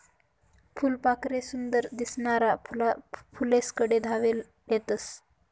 फुलपाखरे सुंदर दिसनारा फुलेस्कडे धाव लेतस